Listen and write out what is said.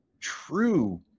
true